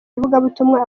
ivugabutumwa